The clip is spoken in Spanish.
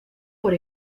por